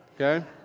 Okay